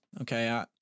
okay